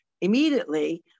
immediately